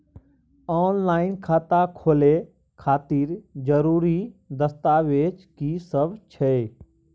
Online खाता खोले खातिर जरुरी दस्तावेज की सब छै?